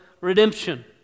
redemption